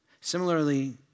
Similarly